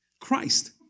Christ